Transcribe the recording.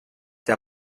der